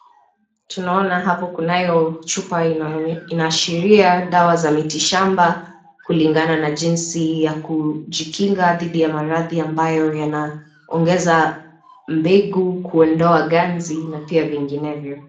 Tunaona hapo kunayo chupa inashiria dawa za mitishamba kulingana na jinsi ya kujikinga dhidi ya maradhi ambayo yanongeza mbegu kuondoa ganzi na pia vinginevyo.